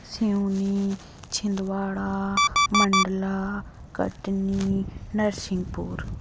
Seoni Chhindwara Mandla Katni Narsinghpur